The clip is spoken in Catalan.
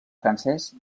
francès